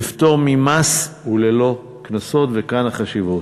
בפטור ממס וללא קנסות, וכאן החשיבות.